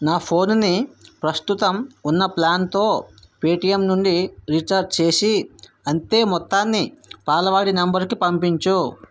నా ఫోన్ ని ప్రస్తుతం ఉన్న ప్లాన్ తో పేటిఎమ్ నుండి రీఛార్జి చేసి అంతే మొత్తాన్ని పాలవాడి నంబరు కి పంపించు